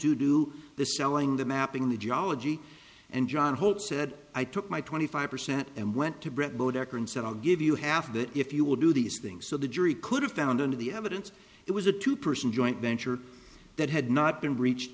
to do the selling the mapping the geology and john holt said i took my twenty five percent and went to breadboard akron said i'll give you half of that if you will do these things so the jury could have found and the evidence it was a two person joint venture that had not been reach